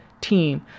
team